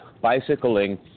bicycling